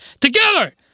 together